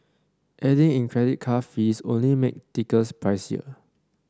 adding in credit card fees only make tickets pricier